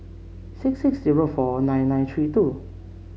six six zero four nine nine three two